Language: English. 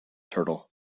turtle